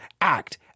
act